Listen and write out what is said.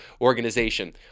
organization